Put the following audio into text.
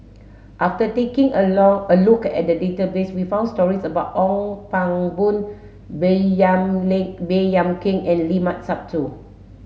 after taking a long a look at the database we found stories about Ong Pang Boon Baey Yam Lim Baey Yam Keng and Limat Sabtu